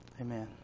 Amen